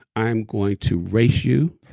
i'm going to race you,